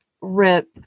Rip